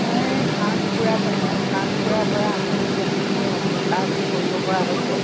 মই হাঁহ কুকুৰা পুহোঁ হাঁহ কুকুৰাৰ পৰা আমি বহুতখিনি লাভ কৰিব পৰা হৈছে